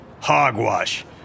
Hogwash